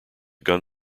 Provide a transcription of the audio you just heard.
gun